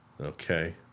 Okay